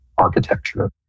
architecture